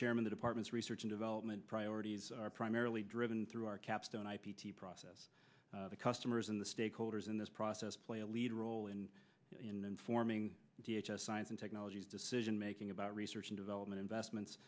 chairman the department's research and development priorities are primarily driven through our capstone i p t process the customers and the stakeholders in this process play a lead role in informing science and technologies decisionmaking about research and development investments